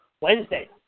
Wednesday